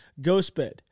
Ghostbed